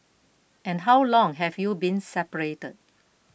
and how long have you been separated